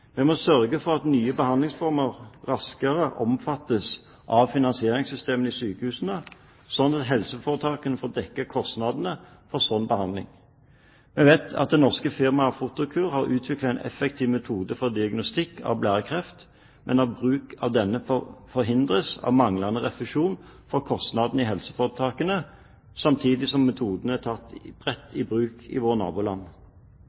Vi må sørge for at nye behandlingsformer raskere omfattes av finansieringssystemene i sykehusene slik at helseforetakene får dekket kostnadene for slik behandling. Vi vet at det norske firmaet Photocure har utviklet en effektiv metode for diagnostikk av blærekreft, men at bruk av denne forhindres av manglende refusjon av kostnadene i helseforetakene – og det samtidig som metoden er tatt